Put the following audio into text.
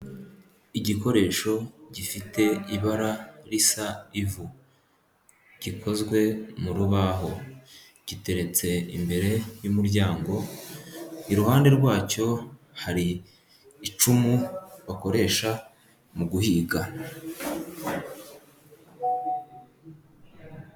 Igikoresho gifite ibara risa ivu, gikozwe mu rubaho, giteretse imbere y'umuryango, iruhande rwacyo hari icumu bakoresha mu guhiga.